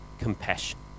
compassion